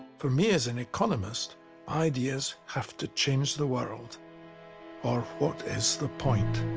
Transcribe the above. for me as an economist ideas have to change the world or what is the point.